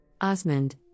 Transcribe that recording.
Osmond